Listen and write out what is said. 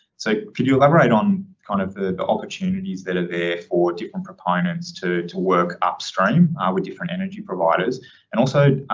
so could you elaborate on kind of the the opportunities that are there for different proponents to, to work upstream ah with different energy providers and also, ah,